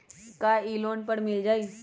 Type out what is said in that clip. का इ लोन पर मिल जाइ?